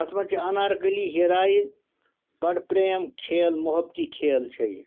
اَتھ منٛز چھِ اَنار کٔلی ہیٖراین بَڑٕ پرٛیم کھیل محبتی کھیل چھِ یہِ